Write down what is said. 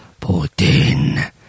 Putin